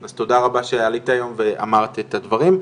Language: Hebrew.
אז תודה רבה שעלית היום ואמרת את הדברים.